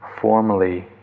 formally